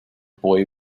boy